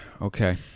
Okay